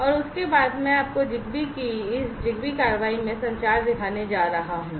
और उसके बाद मैं आपको ZigBee कार्रवाई का संचार दिखाने जा रहा हूं